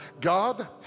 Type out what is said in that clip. God